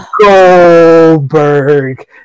Goldberg